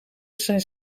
zijn